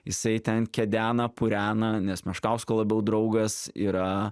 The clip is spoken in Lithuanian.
jisai ten kedena purena nes meškausko labiau draugas yra